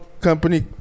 company